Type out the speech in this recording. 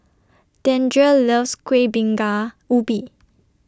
Deandre loves Kueh Bingka Ubi